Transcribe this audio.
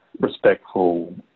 respectful